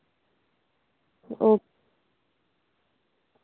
oh